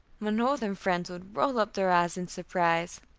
my northern friends would roll up their eyes in surprise.